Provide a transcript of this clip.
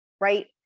right